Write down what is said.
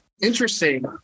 Interesting